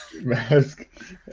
Mask